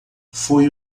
foi